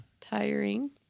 tiring